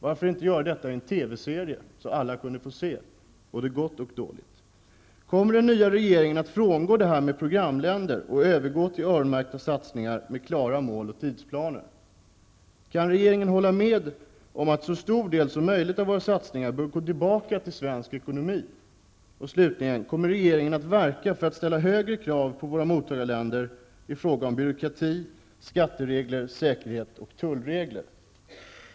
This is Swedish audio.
Varför inte ge oss denna redogörelse i en TV-serie, så att alla kan få se vad det handlar om. Det gäller ju sådant som är både gott och dåligt. 2. Kommer den nya regeringen att frångå det här med programländer och övergå till öronmärkta satsningar med klara mål och tidsplaner? 3. Kan regeringen hålla med om att en så stor del så möjligt av våra satsningar bör gå tillbaka till svensk ekonomi? 4. Kommer regeringen att verka för att högre krav ställs på våra mottagarländer i fråga om byråkrati, skatteregler och tullregler?